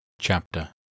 Chapter